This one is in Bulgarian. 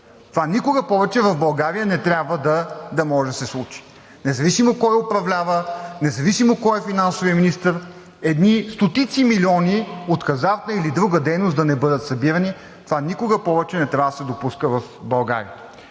Това никога повече в България не трябва да може да се случи, независимо кой управлява, независимо кой е финансовият министър, едни стотици милиони – от хазартна или друга дейност, да не бъдат събирани. Това никога повече не трябва да се допуска в България.